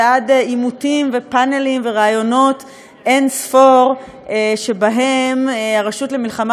ועד עימותים בפאנלים וראיונות אין-ספור שבהם הרשות למלחמה